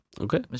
Okay